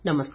नमस्कार